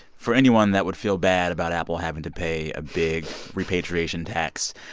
for anyone that would feel bad about apple having to pay a big repatriation tax,